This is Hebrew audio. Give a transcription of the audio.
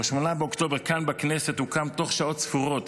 ב-8 באוקטובר כאן בכנסת הוקם תוך שעות ספורות